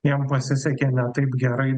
jam pasisekė ne taip gerai